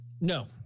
No